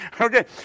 Okay